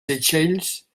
seychelles